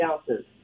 ounces